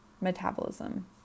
metabolism